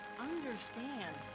understand